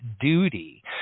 duty